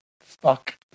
Fuck